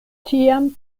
tiam